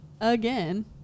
again